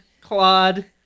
Claude